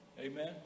Amen